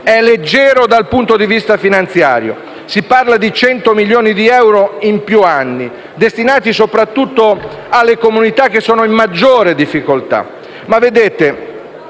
è leggero dal punto di vista finanziario: si parla di 100 milioni di euro in più anni, destinati soprattutto alle comunità che sono in maggiore difficoltà. Ma, vedete,